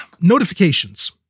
notifications